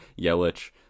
Yelich